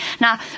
Now